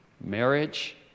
Marriage